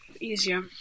easier